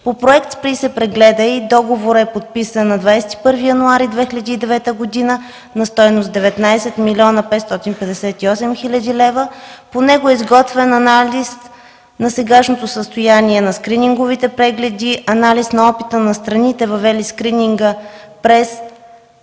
По проект „Спри и се прегледай” договорът е подписан на 21 януари 2009 г. на стойност 19 млн. 558 хил. лв. По него е изготвен анализ на сегашното състояние на скрининговите прегледи, анализ на опита на страните, въвели скрининга в